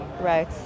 Right